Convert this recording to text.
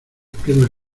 piernas